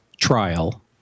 trial